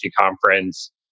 conference